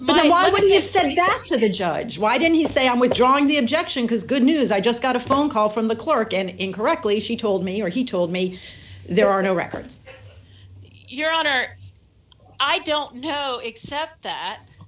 but i wouldn't have said that to the judge why didn't you say i'm withdrawing the objection because good news i just got a phone call from the clerk and incorrectly she told me or he told me there are no records your honor i don't know except that